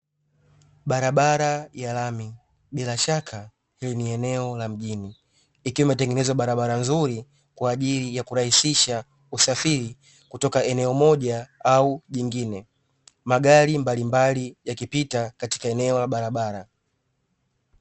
Barabara ya lami, bila shaka ni eneo la mjini, ikiwa imetengenezwa nzuri kwa ajili ya kurahisisha usafiri kutoka eneo moja au lingine, magari mbalimbali yakipita katika eneo la barabara.